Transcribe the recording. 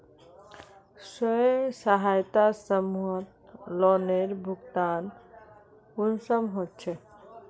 स्वयं सहायता समूहत लोनेर भुगतान कुंसम होचे?